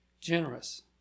generous